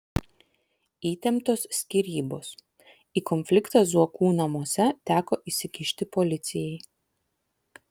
įtemptos skyrybos į konfliktą zuokų namuose teko įsikišti policijai